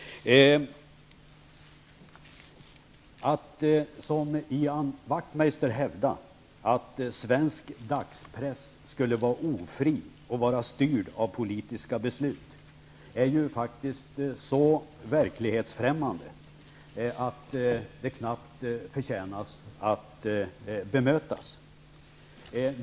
Att som Ian Wachtmeister hävda att svensk dagspress skulle vara ofri och styrd av politiska beslut är ju faktiskt så verklighetsfrämmande att det knappt förtjänar att bemötas.